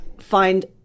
find